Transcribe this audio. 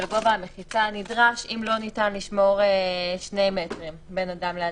ולגובה המחיצה הנדרש אם לא ניתן לשמור שני מטרים בין אדם לאדם.